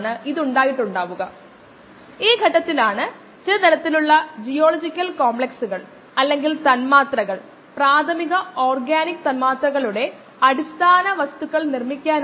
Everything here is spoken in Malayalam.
ഇത് ആനുപാതികമായതിനാൽ ആനുപാതികതയെ ഈക്വൽ ചിഹ്നത്തിന് തുല്യമായി മാറ്റിസ്ഥാപിക്കാം ഇവിടെ നമുക്ക് x v യെ ഒരു സ്ഥിരാങ്കം കൊണ്ട് ഗുണിക്കേണ്ടതുണ്ട്